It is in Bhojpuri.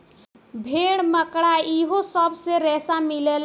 भेड़, मकड़ा इहो सब से रेसा मिलेला